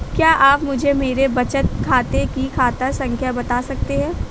क्या आप मुझे मेरे बचत खाते की खाता संख्या बता सकते हैं?